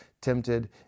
tempted